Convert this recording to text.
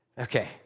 Okay